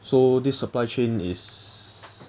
so this supply chain is